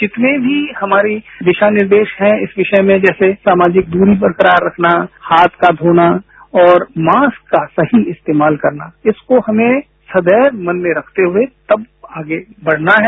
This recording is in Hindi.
जितने भी हमारे दिशा निर्देश हैं इस विषय में जैसे सामाजिक दूरी बरकरार रखना हाथ का धोना और मास्क का सही इस्तेमाल करना इसको हमें सदैव मन में रखते हुए तब आगे बढ़ना है